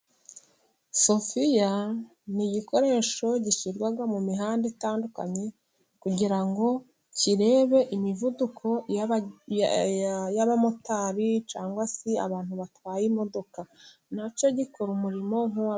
Sofiya ni igikoresho gishyirwa mu mihanda itandukanye, kugira ngo kirebe imivuduko y'abamotari cyangwa se abantu batwaye imodoka, nacyo gikora umurimo nk'uwabo.